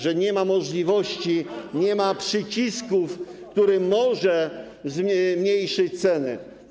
Że nie ma możliwości, nie ma przycisku, który może zmniejszyć cenę.